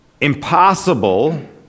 impossible